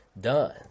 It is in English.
done